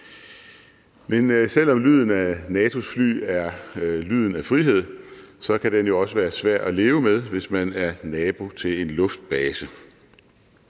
Men selv om lyden af NATO's fly er lyden af frihed, kan den jo også være svær at leve med, hvis man er nabo til en luftbase.